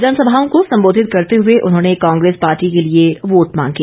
जनसभाओं को संबोधित करते हुए उन्होंने कांग्रेस पार्टी के लिए वोट मांगे